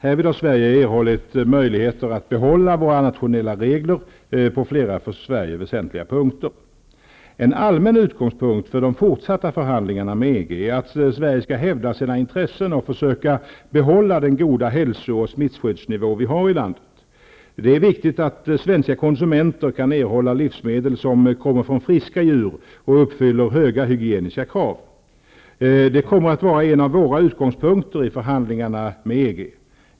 Härvid har Sverige erhållit möjligheter att behålla våra nationella regler på flera för En allmän utgångspunkt för de fortsatta förhandlingarna med EG är att Sve rige skall hävda sina intressen och försöka behålla den goda hälso och smitt skyddsnivå vi har i landet. Det är viktigt att svenska konsumenter kan erhålla livsmedel som kommer från friska djur och uppfyller höga hygieniska krav. Detta kommer att vara en av våra utgångspunkter i förhandlingarna med EG.